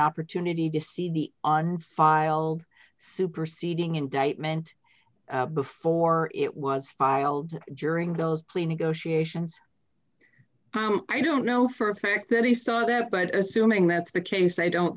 opportunity to see the on filed superseding indictment before it was filed during those plea negotiations i don't know for a fact that he saw that but assuming that's the case i don't